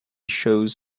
shows